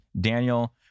Daniel